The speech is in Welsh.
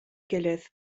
gilydd